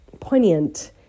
Poignant